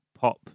pop